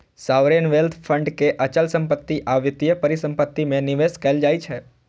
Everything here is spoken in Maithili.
सॉवरेन वेल्थ फंड के अचल संपत्ति आ वित्तीय परिसंपत्ति मे निवेश कैल जाइ छै